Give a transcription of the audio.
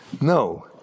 No